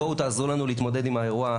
בואו תעזרו לנו להתמודד עם האירוע.